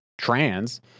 trans